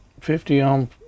50-ohm